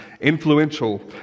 Influential